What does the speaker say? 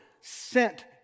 sent